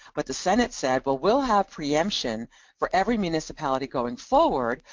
but the senate said, well we'll have preemption for every municipality going forward,